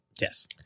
Yes